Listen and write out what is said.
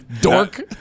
Dork